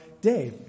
day